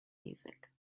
music